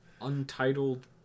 Untitled